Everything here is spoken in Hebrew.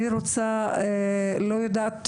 אני רוצה ואני לא יודעת,